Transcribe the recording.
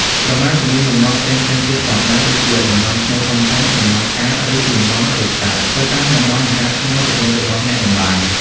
ក្រមាក៏មានលំនាំផ្សេងៗទៀតផងដែរ ដូចជា លំនាំឆ្នូតធំៗ លំនាំផ្កា ឬលំនាំរូបសត្វ ទៅតាមតំបន់ ឬការច្នៃប្រឌិតរបស់អ្នកតម្បាញ។